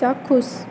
চাক্ষুষ